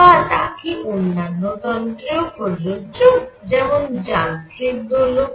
বা তা কি অন্যান্য তন্ত্রেও প্রযোজ্য যেমন যান্ত্রিক দোলক